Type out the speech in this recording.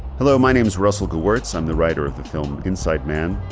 hello, my name is russell gewirtz. i'm the writer of the film inside man,